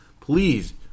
Please